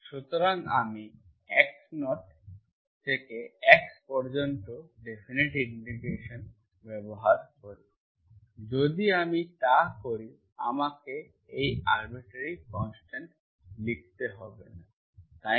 সুতরাং আমি x0 থেকে x পর্যন্ত ডেফিনিট ইন্টিগ্রেশন ব্যবহার করি x0x∂uxy∂x dxx0xMxy dx যদি আমি তা করি আমাকে এই আরবিট্রারি কনস্ট্যান্ট লিখতে হবে না তাই না